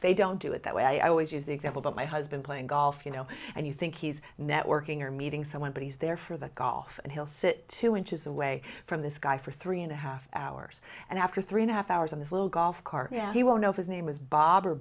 they don't do it that way i always use the example that my husband playing golf you know and you think he's networking or meeting someone but he's there for the golf and he'll sit two inches away from this guy for three and a half hours and after three and a half hours on this little golf cart now he will know his name is bob